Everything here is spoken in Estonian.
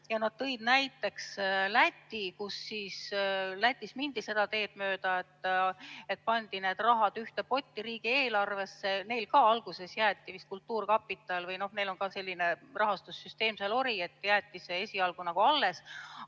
Nad tõid näiteks Läti, kus mindi seda teed mööda, et pandi need rahad ühte potti riigieelarvesse. Neil ka alguses jäeti vist kultuurkapital või noh, neil on ka selline rahastussüsteem ja see jäeti seal esialgu nagu alles,